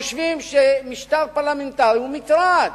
חושבים שמשטר פרלמנטרי הוא מטרד,